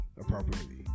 appropriately